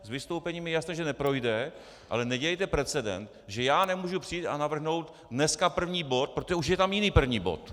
Z vystoupení mi je jasné, že neprojde, ale nedělejte precedens, že já nemohu přijít a navrhnout dneska první bod, protože už je tam jiný první bod.